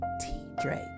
T-Drake